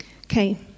Okay